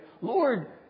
Lord